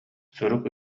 сурук